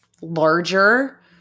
larger